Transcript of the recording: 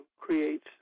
creates